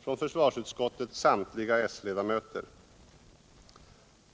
från försvarsutskottets samtliga s-ledamöter.